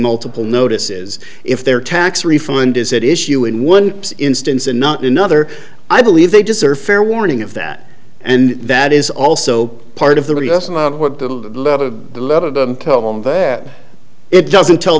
multiple notices if their tax refund is that issue in one instance and not another i believe they deserve fair warning of that and that is also part of the reason of what the lot of the lot of them tell them that it doesn't tell